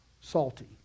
salty